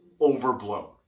overblown